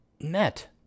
met